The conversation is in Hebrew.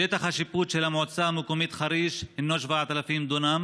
שטח השיפוט של המועצה המקומית חריש הינו 7,000 דונם,